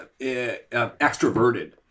extroverted